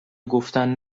گفتن